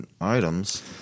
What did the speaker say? items